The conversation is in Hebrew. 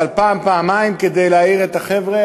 אבל פעם-פעמיים כדי להעיר את החבר'ה,